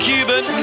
Cuban